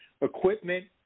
equipment